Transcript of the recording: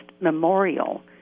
Memorial